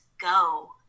go